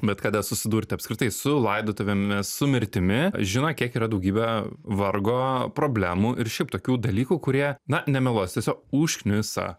bet kada susidurti apskritai su laidotuvėmis su mirtimi žino kiek yra daugybė vargo problemų ir šiaip tokių dalykų kurie na nemeluosiu tiesiog užknisa